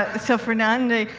ah so fernando,